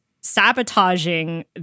sabotaging